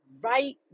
right